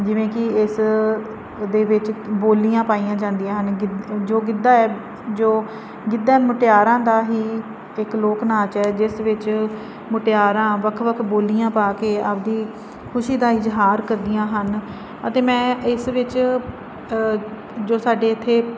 ਜਿਵੇਂ ਕਿ ਇਸ ਦੇ ਵਿੱਚ ਬੋਲੀਆਂ ਪਾਈਆਂ ਜਾਂਦੀਆਂ ਹਨ ਗਿ ਜੋ ਗਿੱਧਾ ਹੈ ਜੋ ਗਿੱਧਾ ਮੁਟਿਆਰਾਂ ਦਾ ਹੀ ਇੱਕ ਲੋਕ ਨਾਚ ਹੈ ਜਿਸ ਵਿੱਚ ਮੁਟਿਆਰਾਂ ਵੱਖ ਵੱਖ ਬੋਲੀਆਂ ਪਾ ਕੇ ਆਪਦੀ ਖੁਸ਼ੀ ਦਾ ਇਜ਼ਹਾਰ ਕਰਦੀਆਂ ਹਨ ਅਤੇ ਮੈਂ ਇਸ ਵਿੱਚ ਜੋ ਸਾਡੇ ਇੱਥੇ